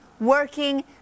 working